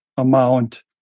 amount